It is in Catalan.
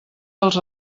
dels